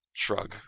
Shrug